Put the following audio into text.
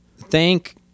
thank